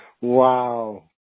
Wow